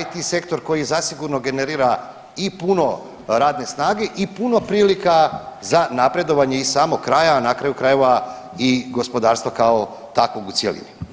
IT sektor koji zasigurno generira i puno radne snage i puno prilika za napredovanje i samog kraja, na kraju krajeva i gospodarstva kao takvog u cjelini.